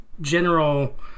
general